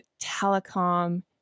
telecom